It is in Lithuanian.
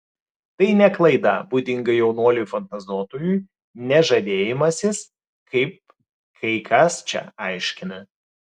tai ne klaida būdinga jaunuoliui fantazuotojui ne žavėjimasis kaip kai kas čia aiškina